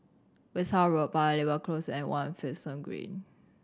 Westerhout Road Paya Lebar Close and One Finlayson Green